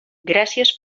gràcies